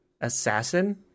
assassin